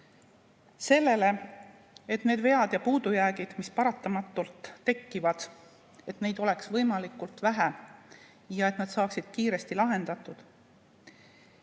sellele, etneid vigu ja puudujääke, mis paratamatult tekivad, oleks võimalikult vähe ja et nad saaksid kiiresti lahendatud;